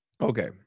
Okay